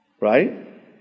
Right